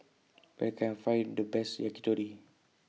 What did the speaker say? Where Can I Find The Best Yakitori